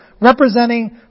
representing